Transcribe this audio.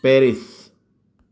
Paris